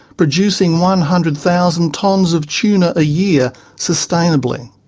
producing one hundred thousand tonnes of tuna a year, sustainably.